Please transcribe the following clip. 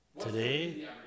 Today